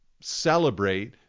celebrate